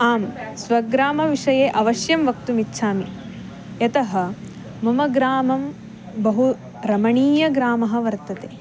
आं स्वग्रामविषये अवश्यं वक्तुमिच्छामि यतः मम ग्रामः बहु रमणीयग्रामः वर्तते